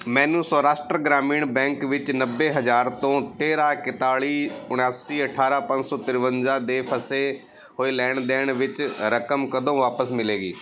ਮੈਨੂੰ ਸੌਰਾਸ਼ਟਰ ਗ੍ਰਾਮੀਣ ਬੈਂਕ ਵਿੱਚ ਨੱਬੇ ਹਜ਼ਾਰ ਤੋਂ ਤੇਰਾਂ ਇਕਤਾਲੀ ਉਣਾਸੀ ਅਠਾਰਾਂ ਪੰਜ ਸੌ ਤਰਵੰਜਾ ਦੇ ਫਸੇ ਹੋਏ ਲੈਣ ਦੇਣ ਵਿੱਚ ਰਕਮ ਕਦੋਂ ਵਾਪਿਸ ਮਿਲੇਗੀ